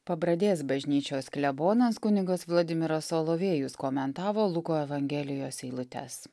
pabradės bažnyčios klebonas kunigas vladimiras solovejus komentavo luko evangelijos eilutes